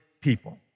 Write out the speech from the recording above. people